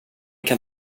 kan